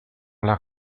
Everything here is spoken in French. l’art